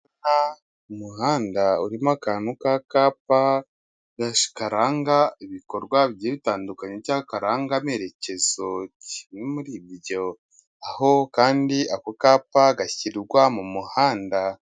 Umuhanda urimo akantu k'akapa, karanga ibikorwa bitandukanye cyangwa karanga amerekezo, kimwe muri ibyo. Aho kandi ako kapa gashyirwa mu muhanda.